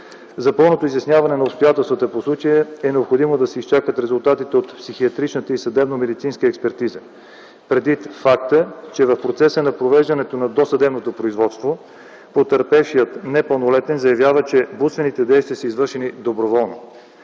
За пълното изясняване на обстоятелствата по случая е необходимо да се изчакат резултатите от психиатричната и съдебно-медицинска експертиза, предвид факта, че в процеса на провеждането на досъдебното производство потърпевшият непълнолетен заявява, че блудствените действия са извършени доброволно.